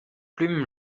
plume